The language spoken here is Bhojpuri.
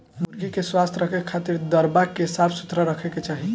मुर्गी के स्वस्थ रखे खातिर दरबा के साफ सुथरा रखे के चाही